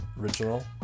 Original